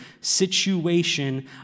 situation